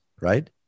right